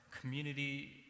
community